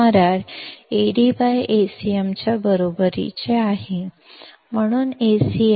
CMRR AdAcm ಗೆ ಸಮನಾಗಿರುತ್ತದೆ ಆದ್ದರಿಂದ Acm 0